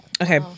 Okay